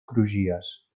crugies